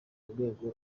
urwego